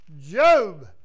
Job